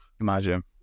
Imagine